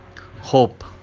hope